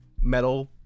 metal